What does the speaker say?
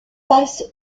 passe